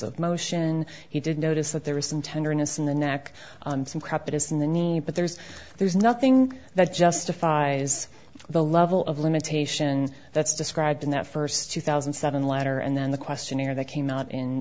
of motion he did notice that there is some tenderness in the neck some crap it is in the knee but there's there's nothing that justifies the level of limitation that's described in that first two thousand and seven letter and then the questionnaire that came out in